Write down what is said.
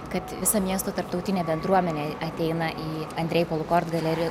kad visa miesto tarptautinė bendruomenė ateina į andrėj kolukord galerija